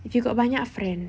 if you got banyak friend